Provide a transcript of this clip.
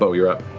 but you're up.